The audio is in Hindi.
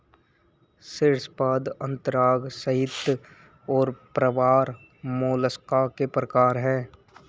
शीर्शपाद अंतरांग संहति और प्रावार मोलस्का के प्रकार है